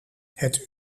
het